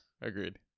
agreed